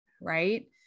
Right